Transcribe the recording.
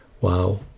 wow